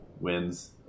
wins